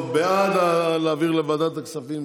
טוב, בעד להעביר לוועדת הכספים,